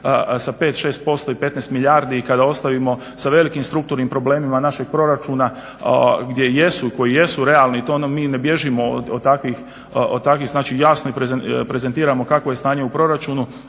sa 5% i 15 milijardi i kada ostavimo sa velikim strukturnim problemima našeg proračuna gdje jesu, koji jesu realni, to ono mi ne bježimo od takvih znači jasno i prezentiramo kakvo je stanje u proračunu.